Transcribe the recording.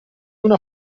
una